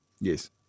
Yes